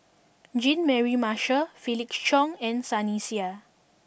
Jean Mary Marshall Felix Cheong and Sunny Sia